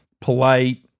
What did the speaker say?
polite